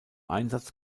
einsatz